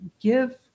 give